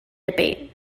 debate